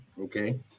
Okay